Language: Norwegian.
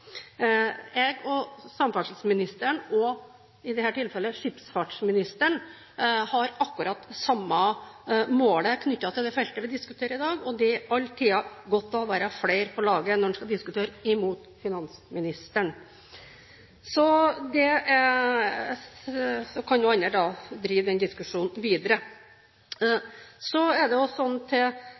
Jeg og samferdselsministeren, i dette tilfellet skipsfartsministeren, har det samme målet knyttet til det feltet vi diskuterer i dag, og det er alltid godt å være flere på laget når en skal argumentere imot finansministeren. Så kan jo andre drive den diskusjonen videre. Til representanten Godskesen og det at Fremskrittspartiet har kuttet losavgiften med 163 mill. kr: Det dette vil bidra til,